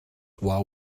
while